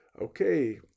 okay